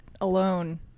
Alone